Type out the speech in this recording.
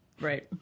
Right